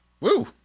Woo